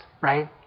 right